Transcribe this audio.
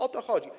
O to chodzi.